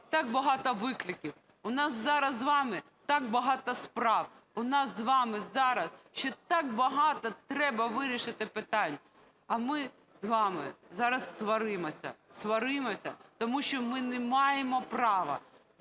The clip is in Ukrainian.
так багато викликів. У нас зараз з вами так багато справ. У нас з вами зараз ще так багато треба вирішити питань, а ми з вами зараз сваримося, сваримося, тому що ми не маємо права